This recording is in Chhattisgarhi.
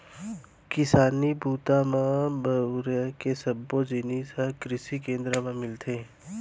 किसानी बूता म बउरे के सब्बो जिनिस ह कृसि केंद्र म मिलथे